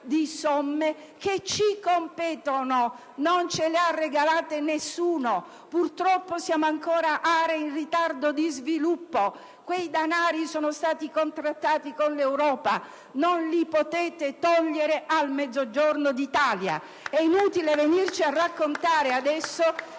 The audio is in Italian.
di somme che ci competono: non ce le ha regalate nessuno, purtroppo siamo ancora aree in ritardo di sviluppo e quei denari sono stati contrattati con l'Europa. Non li potete togliere al Mezzogiorno d'Italia! *(Applausi dai Gruppi